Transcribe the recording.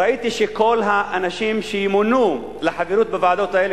ראיתי שכל האנשים שימונו לחברות בוועדות האלה,